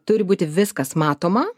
turi būti viskas matoma